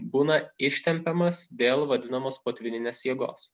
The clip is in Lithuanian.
būna ištempiamas dėl vadinamos potvyninės jėgos